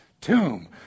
tomb